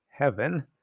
Heaven